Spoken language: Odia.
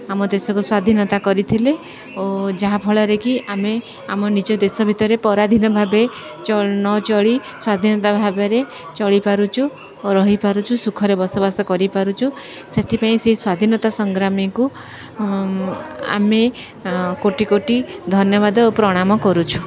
ଆମ ଦେଶକୁ ସ୍ଵାଧୀନତା କରିଥିଲେ ଓ ଯାହାଫଳରେ କି ଆମେ ଆମ ନିଜ ଦେଶ ଭିତରେ ପରାଧୀନ ଭାବେ ଚ ନଚଳି ସ୍ଵାଧୀନତା ଭାବରେ ଚଳିପାରୁଛୁ ଓ ରହିପାରୁଛୁ ସୁଖରେ ବସବାସ କରିପାରୁଛୁ ସେଥିପାଇଁ ସେଇ ସ୍ଵାଧୀନତା ସଂଗ୍ରାମୀକୁ ଆମେ କୋଟି କୋଟି ଧନ୍ୟବାଦ ଓ ପ୍ରଣାମ କରୁଛୁ